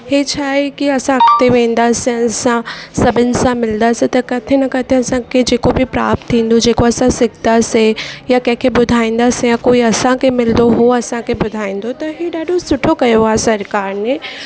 इहे छाए कि असां अॻिते वेंदासीं हिन सां सभिनी सां मिलंदासीं त किथे न किथे असांखे जेको बि प्राप्त थींदो जेको असां सिकंदासीं या कंहिंखे ॿुधाईंदासीं कोई असांखे मिलंदो हू असांखे ॿुधाईंदो त ही ॾाढो सुठो कयो आहे सरकारि ने